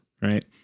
right